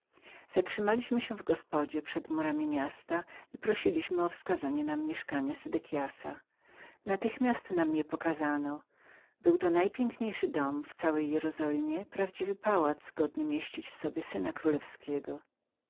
zatrzymaliśmy się w nędznej gospodzie zewnątrz miasta i prosiliśmy o wskazanie nam mieszkania sedekiasa natychmiast nam je pokazano był to najpiękniejszy dom w całej jerozolimie prawdziwy pałac godny mieścić w sobie syna królewskiego